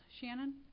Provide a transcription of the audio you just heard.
Shannon